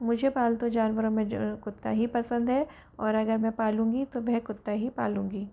मुझे पालतू जानवरों में जो है कुत्ता ही पसंद है और अगर मैं पालूँगी तो वह कुत्ता ही पालूँगी